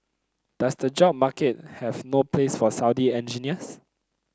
does the job market have no place for Saudi engineers